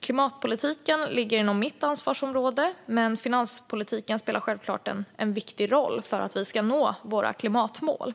Klimatpolitiken ligger inom mitt ansvarsområde, men finanspolitiken spelar självklart en viktig roll för att vi ska nå våra klimatmål.